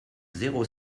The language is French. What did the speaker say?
zéro